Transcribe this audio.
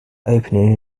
opening